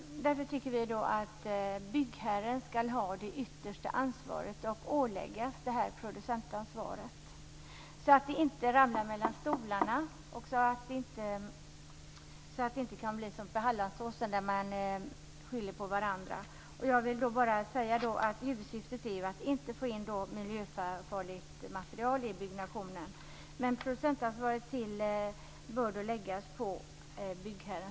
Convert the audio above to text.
Därför tycker vi att byggherren skall ha det yttersta ansvaret och åläggas producentansvaret så att det inte ramlar mellan stolarna och blir som i fallet med Hallandsåsen, där man skyller på varandra. Huvudsyftet är ju att inte få in miljöfarligt material i byggnationen. Producentansvaret bör alltså läggas på byggherren.